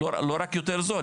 לא רק יותר זול,